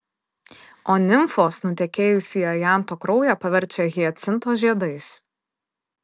o nimfos nutekėjusį ajanto kraują paverčia hiacinto žiedais